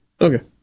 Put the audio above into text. Okay